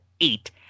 eight